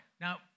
Now